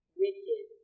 wicked